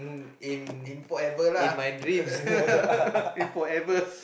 in in forever lah in forever